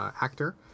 actor